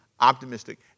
Optimistic